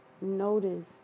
notice